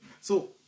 So-